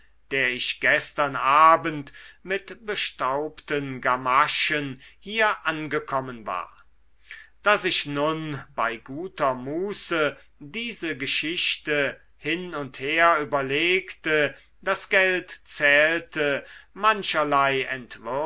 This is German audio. der ich gestern abend mit bestaubten gamaschen hier angekommen war daß ich nun bei guter muße diese geschichte hin und her überlegte das geld zählte mancherlei